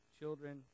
children